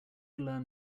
learn